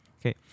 Okay